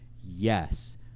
Yes